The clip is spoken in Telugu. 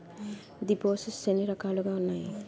దిపోసిస్ట్స్ ఎన్ని రకాలుగా ఉన్నాయి?